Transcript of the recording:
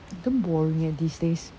damn boring eh these days